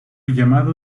llamado